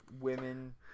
women